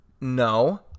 No